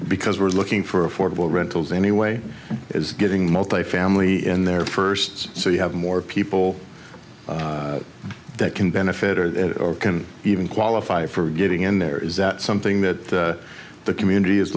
because we're looking for affordable rentals anyway is giving multifamily in there first so you have more people that can benefit or can even qualify for getting in there is that something that the community is